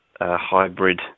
hybrid